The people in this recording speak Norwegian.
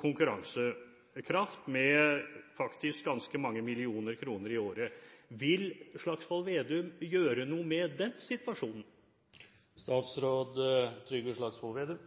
konkurransekraft med faktisk ganske mange millioner kroner i året. Vil Slagsvold Vedum gjøre noe med den